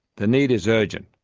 the need is urgent.